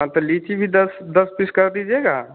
हाँ तो लीची भी दस दस पीस कर दीजिएगा